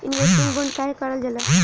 Investment bond काहे कारल जाला?